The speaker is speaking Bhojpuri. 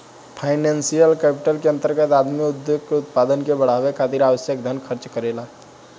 फाइनेंशियल कैपिटल के अंतर्गत आदमी उद्योग के उत्पादन के बढ़ावे खातिर आवश्यक धन खर्च करेला